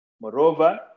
Moreover